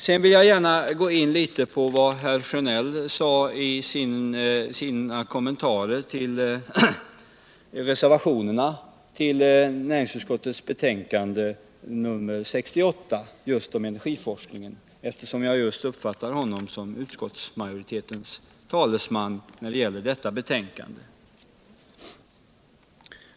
Sedan vill jag gärna något beröra vad herr Sjönell sude i sina kommentarer ull reservationerna vid näringsutskottets betänkande 68 om just energiforskningen, eftersom jag uppfattade honom som utskottsmajoritetens talesman när det gäller detta betänkande.